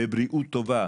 בבריאות טובה,